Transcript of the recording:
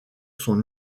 son